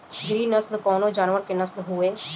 गिरी नश्ल कवने जानवर के नस्ल हयुवे?